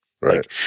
right